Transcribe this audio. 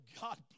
God